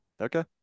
Okay